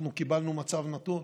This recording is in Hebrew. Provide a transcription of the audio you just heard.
אנחנו קיבלנו מצב נתון.